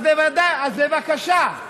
אז בבקשה,